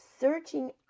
searching